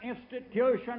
institution